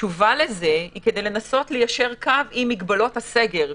התשובה לזה היא כדי לנסות ליישר קו עם מגבלות ההסגר.